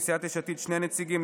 לסיעת יש עתיד שני נציגים,